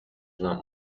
not